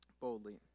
boldly